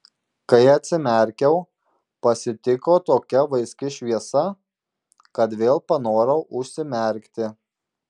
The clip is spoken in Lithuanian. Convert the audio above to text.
kai atsimerkiau pasitiko tokia vaiski šviesa kad vėl panorau užsimerkti